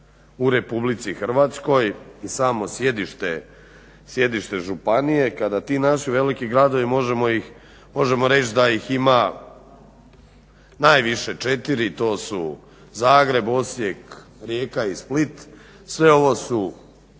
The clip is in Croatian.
veliki grad u RH i samo sjedište županije kada ti naši veliki gradovi, možemo reći da ih ima najviše 4. to su Zagreb, Osijek, Rijeka i Split. Sve ovo su